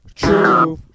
truth